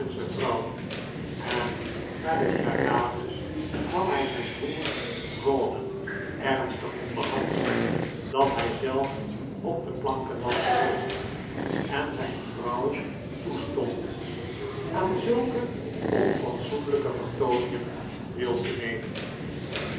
vrouw en na de charades nam hij zijn broer rawdon ernstig onder handen dat hijzelf op de planken was geweest en zijn vrouw toestond aan zulke onfatsoenlijke vertooningen deel te nemen